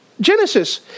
Genesis